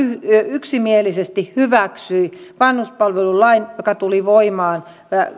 yksimielisesti hyväksyi vanhuspalvelulain joka tuli voimaan